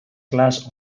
class